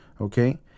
Okay